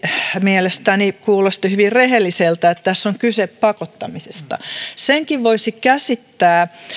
mielestäni kuulosti hyvin rehelliseltä että tässä on kyse pakottamisesta senkin voisi käsittää